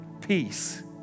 peace